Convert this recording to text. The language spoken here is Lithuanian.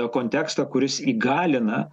kontekstą kuris įgalina